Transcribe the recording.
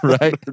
right